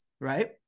right